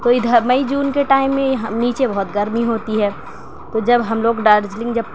تو ادھر مئی جون کے ٹائم میں نیچے بہت گرمی ہوتی ہے تو جب ہم لوگ دارجلنگ جب